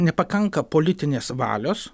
nepakanka politinės valios